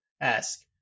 ask